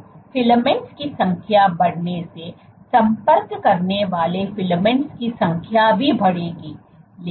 तो फिलामेंट्स की संख्या बढ़ने से संपर्क करने वाले फिलामेंट्स की संख्या भी बढ़ेगी